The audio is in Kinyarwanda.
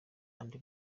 andi